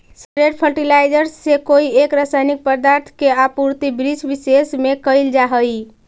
straight fertiliser से कोई एक रसायनिक पदार्थ के आपूर्ति वृक्षविशेष में कैइल जा हई